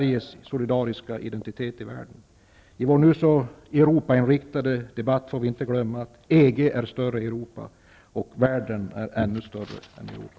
I vår nu så Europainriktade debatt får vi inte glömma att Europa är större än EG och världen är ännu större än Europa.